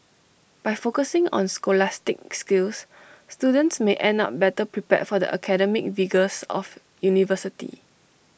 by focusing on scholastic skills students may end up better prepared for the academic rigours of university